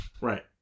right